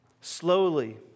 slowly